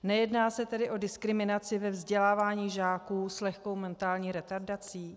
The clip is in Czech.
Nejedná se tedy o diskriminaci ve vzdělávání žáků s lehkou mentální retardací?